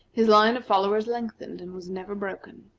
his line of followers lengthened, and was never broken.